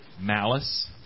malice